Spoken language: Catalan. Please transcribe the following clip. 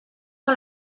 que